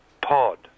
Pod